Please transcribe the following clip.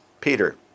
Peter